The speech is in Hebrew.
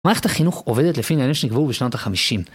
מערכת החינוך עובדת לפי נהלים שנקבעו בשנות החמישים.